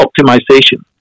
optimization